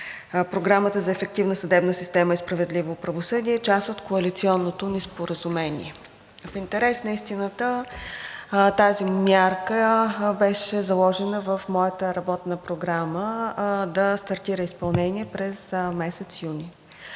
Програмата за ефективна съдебна система и справедливо правосъдие – част от коалиционното ни споразумение. В интерес на истината тази мярка беше заложена в моята работна програма да стартира изпълнение през месец юни,